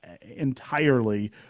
entirely